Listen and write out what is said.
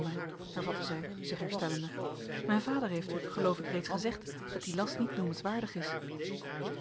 mij hervatte zij zich herstellende mijn vader heeft u geloof ik reeds gezegd dat die last niet noemenswaardig is